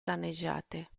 danneggiate